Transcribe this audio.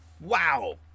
Wow